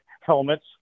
helmets